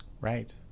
Right